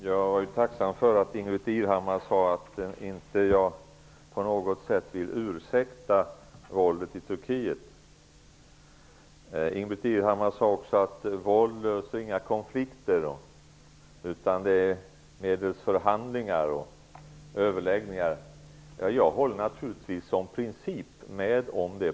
Herr talman! Jag är tacksam för att Ingbritt Irhammar sade att jag inte på något sätt vill ursäkta våldet i Turkiet. Ingbritt Irhammar sade också att våld inte löser några konflikter, utan det är medelst förhandlingar och överläggningar som dessa kan lösas. Jag håller naturligtvis i princip med om det.